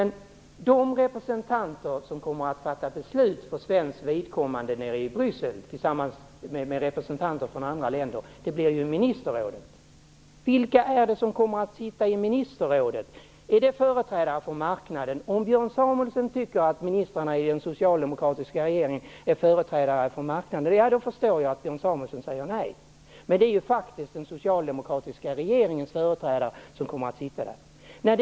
När representanter för Sverige kommer att fatta beslut nere i Bryssel tillsammans med representanter för andra länder, blir det ju i ministerrådet. Vilka kommer att sitta i ministerrådet? Är det företrädare för marknaden? Om Björn Samuelson tycker att ministrarna i den socialdemokratiska regeringen är företrädare för marknaden, då förstår jag att Björn Samuelson säger nej. Men det är ju faktiskt medlemmar av den socialdemokratiska regeringen som kommer att sitta där.